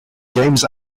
games